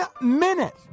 minute